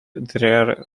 their